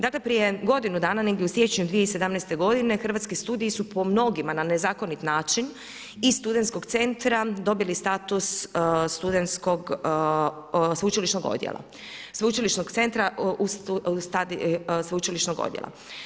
Dakle prije godinu dana negdje u siječnju 2017. g. hrvatski studiji su po mnogima na nezakonit način iz studenskog centra, dobili status studentskog, sveučilišnog odjela, sveučilišna centra sveučilišnog odjela.